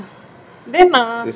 then my